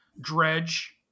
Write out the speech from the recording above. dredge